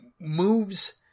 moves